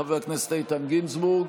חבר הכנסת איתן גינזבורג,